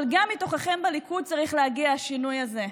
אבל גם מתוככם בליכוד צריך להגיע השינוי הזה.